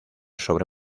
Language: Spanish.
sobre